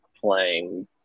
playing